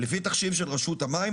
"לפי תחשיב של רשות המים,